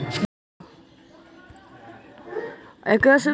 भारत सरकार के वन विभाग वन्यसम्पदा के रूप में कटे वाला पेड़ के काष्ठ बेचऽ हई